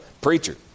preacher